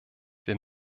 wir